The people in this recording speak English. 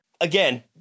Again